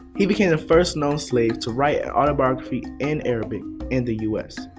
he became the first known slave to write an autobiography in arabic in the us.